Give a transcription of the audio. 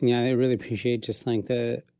yeah i really appreciate just like the,